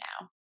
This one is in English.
now